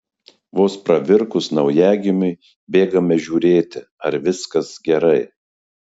vos pravirkus naujagimiui bėgame žiūrėti ar viskas gerai